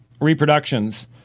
reproductions